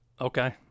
Okay